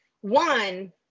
one